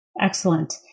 Excellent